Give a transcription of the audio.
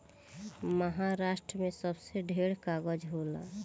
महारास्ट्र मे सबसे ढेर कागज़ होला